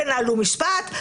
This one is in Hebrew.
תנהלו משפט,